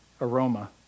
aroma